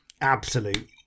Absolute